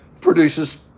produces